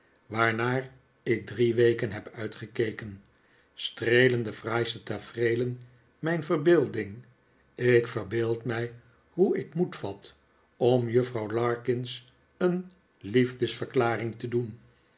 waarnaar ik drie wekeh heb uitgekeken streelen de fraaiste tafereelen mijn verbeelding ik verbeeld mij hoe ik moed vat om juffrouw larkins een liefdesverklaring te doen